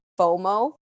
FOMO